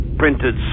printed